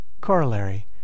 corollary